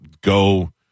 go